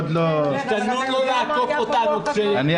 סעדי,